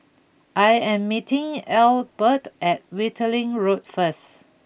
I am meeting Ethelbert at Wittering Road first